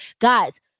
guys